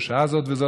בשעה זו וזו,